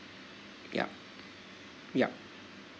yup yup